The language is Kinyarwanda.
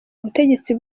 ubutegetsi